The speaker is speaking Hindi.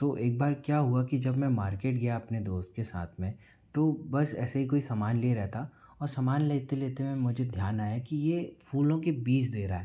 तो एक बार क्या हुआ कि जब मैं मार्केट गया अपने दोस्त के साथ में तो बस ऐसे ही कोई समान ले रहा था और समान लेते लेते में मुझे ध्यान आया कि यह फूलों के बीज दे रहा है